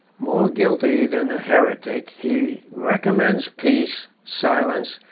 more guilty than a heretic, he recommends peace, silence,